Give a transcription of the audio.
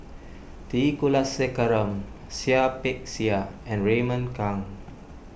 T Kulasekaram Seah Peck Seah and Raymond Kang